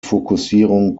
fokussierung